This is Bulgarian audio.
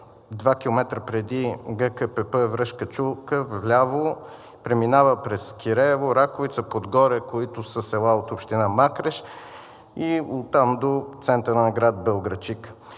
2 км преди ГКПП „Връшка чука“, преминава през селата Киреево, Раковица, Подгоре, които са села от община Макреш, и оттам до центъра на град Белоградчик.